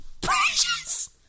Precious